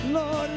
Lord